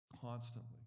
constantly